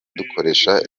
dukoresha